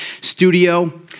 studio